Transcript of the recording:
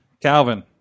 Calvin